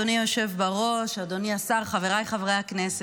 אדוני היושב בראש, אדוני השר, חבריי חברי הכנסת.